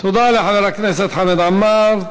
תודה לחבר הכנסת חמד עמאר.